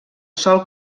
sol